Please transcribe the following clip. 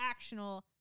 actional